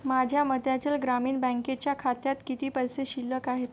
माझ्या मध्यांचल ग्रामीण बँकेच्या खात्यात किती पैसे शिल्लक आहेत